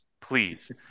please